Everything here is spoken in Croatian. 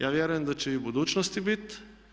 Ja vjerujem da će i u budućnosti biti.